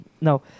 No